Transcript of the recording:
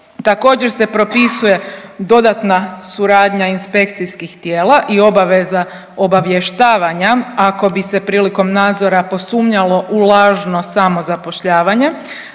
Također se propisuje dodatna suradnja inspekcijskih tijela i obaveza obavještavanja ako bi se prilikom nadzora posumnjalo u lažno samozapošljavanje,